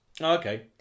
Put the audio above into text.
Okay